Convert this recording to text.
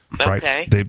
Okay